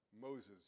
Moses